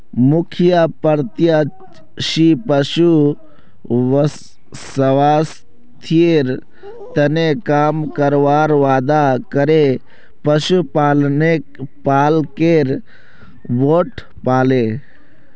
मुखिया प्रत्याशी पशुर स्वास्थ्येर तने काम करवार वादा करे पशुपालकेर वोट पाले